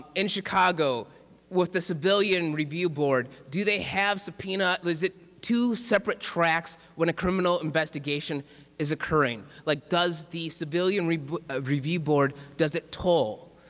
um in chicago with the civilian review board, do they have subpoena, is it two separate tracks when a criminal investigation is occurring? like does the civilian review ah review board, does it toll,